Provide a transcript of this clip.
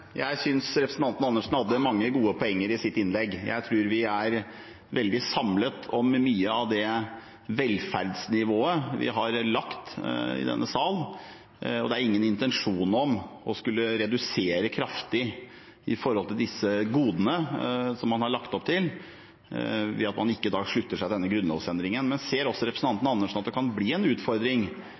velferdsnivået vi har lagt grunnlag for i denne salen, og det er ingen intensjon om å skulle redusere kraftig i de godene man har lagt opp til, ved at man i dag ikke slutter seg til denne grunnlovsendringen. Men ser også representanten Andersen at det kan bli en utfordring